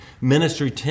ministry